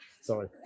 Sorry